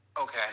Okay